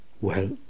Well